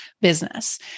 business